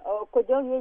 o kodėl jie